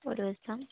ഒരു ദിവസം